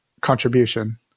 contribution